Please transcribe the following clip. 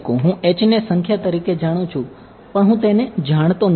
હું ને સંખ્યા તરીકે જાણું છું પણ હું તેને જાણતો નથી